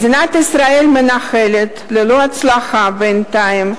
מדינת ישראל מנהלת, ללא הצלחה בינתיים,